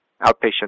outpatient